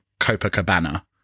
Copacabana